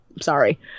sorry